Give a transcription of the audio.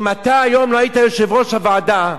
אם אתה היום לא היית יושב-ראש הוועדה,